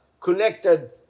connected